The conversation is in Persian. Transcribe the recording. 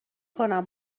کنم